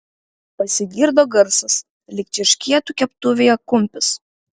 pasigirdo garsas lyg čirškėtų keptuvėje kumpis